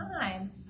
time